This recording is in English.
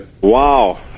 Wow